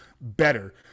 better